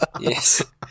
Yes